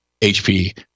HP